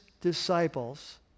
disciples